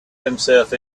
himself